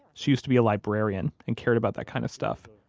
she used to be a librarian and cared about that kind of stuff.